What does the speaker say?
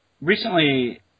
recently